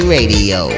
Radio